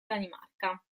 danimarca